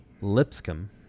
Lipscomb